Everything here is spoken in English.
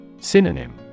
Synonym